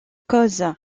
cause